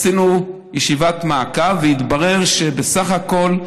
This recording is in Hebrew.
עשינו ישיבת מעקב, והתברר שבסך הכול,